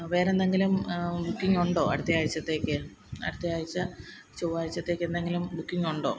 വേറെ എന്തെങ്കിലും ബുക്കിംഗ് ഉണ്ടോ അടുത്ത ആഴ്ചത്തേക്ക് അടുത്ത ആഴ്ച ചൊവ്വാഴ്ചത്തേക്ക് എന്തെങ്കിലും ബുക്കിംഗുണ്ടോ